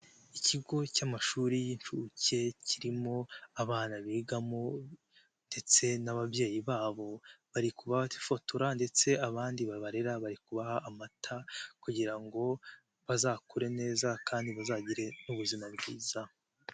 Ikigo cy'amashuri y'incuke kirimo abana bigamo ndetse n'ababyeyi babo, bari kubafotora ndetse abandi babarera bari kubaha amata, kugira ngo bazakure neza kandi bazagire ubuzima bwiza.